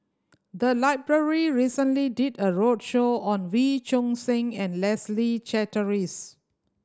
the library recently did a roadshow on Wee Choon Seng and Leslie Charteris